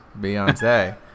beyonce